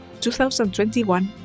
2021